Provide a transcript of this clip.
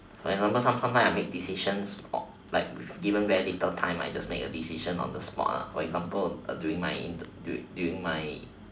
for example some sometime I make decisions like given very little time I just make a decision on the spot ah for example during my during my